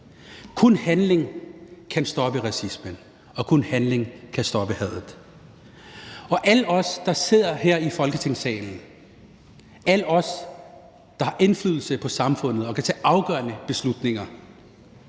Kun handling kan stoppe racismen, og kun handling kan stoppe hadet. Og alle os, der sidder her i Folketingssalen, alle os, der har indflydelse på samfundet og kan tage afgørende beslutninger,